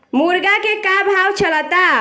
मुर्गा के का भाव चलता?